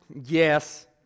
Yes